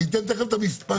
אני אתן תיכף את המספרים,